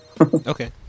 Okay